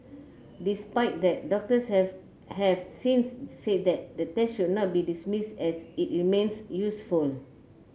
despite that doctors have have since said that the test should not be dismissed as it remains useful